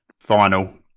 final